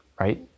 Right